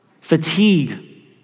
fatigue